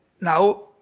now